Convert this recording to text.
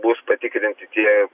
bus patikrinti tie